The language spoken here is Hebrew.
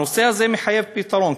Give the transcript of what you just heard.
הנושא הזה מחייב פתרון,